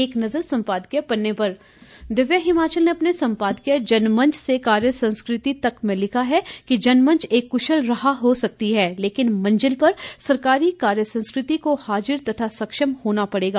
एक नज़र सम्पादकीय पन्ने पर दिव्य हिमाचल ने अपने संपादकीय जनमंच से कार्यसंस्कृति तक में लिखा है कि जनमंच एक कुशल राह हो सकती है लेकिन मंजिल पर सरकारी कार्यसंस्कृति को हाजिर तथा सक्षम होना पड़ेगा